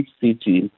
city